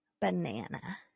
Banana